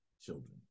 children